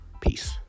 Peace